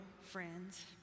friends